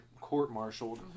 court-martialed